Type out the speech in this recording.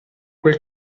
quel